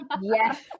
Yes